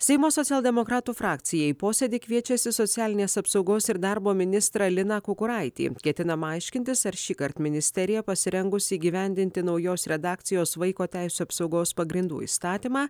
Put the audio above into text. seimo socialdemokratų frakcija į posėdį kviečiasi socialinės apsaugos ir darbo ministrą liną kukuraitį ketinama aiškintis ar šįkart ministerija pasirengusi įgyvendinti naujos redakcijos vaiko teisių apsaugos pagrindų įstatymą